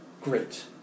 great